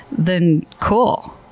then cool.